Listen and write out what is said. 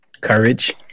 courage